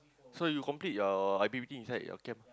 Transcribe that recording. so you complete your I_P_P_T inside your camp